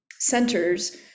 centers